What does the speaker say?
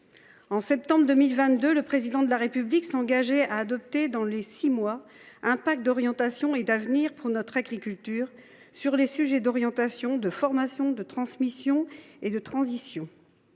En septembre 2022, le Président de la République s’engageait à adopter dans les six mois un pacte d’orientation et d’avenir pour notre agriculture portant sur les sujets de l’orientation, de la formation, de la transmission et de la transition.